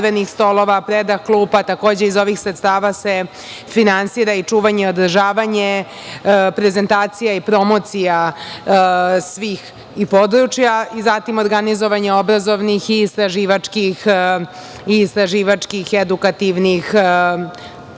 predah klupa. Takođe iz ovih sredstava se finansira i čuvanje i održavanje, prezentacija i promocija svih i područja i zatim organizovanja obrazovnih i istraživačkih edukativnih časova,